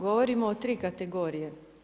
Govorimo o tri kategorije.